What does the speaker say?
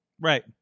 Right